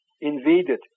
invaded